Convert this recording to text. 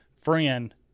friend